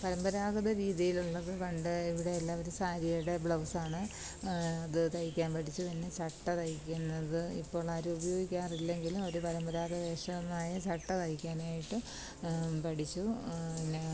പരമ്പരാഗത രീതിയിലുള്ളത് പണ്ട് ഇവിടെ എല്ലാവരും സാരീടെ ബ്ലൗസാണ് അത് തയ്ക്കാന് പഠിച്ചു പിന്നെ ചട്ട തയ്ക്കുന്നത് ഇപ്പോഴാരും ഉപയോഗിക്കാറില്ലെങ്കിലും ഒരു പരമ്പരാഗത വേഷമായ ചട്ട തയ്ക്കാനായിട്ട് പഠിച്ചു പിന്നെ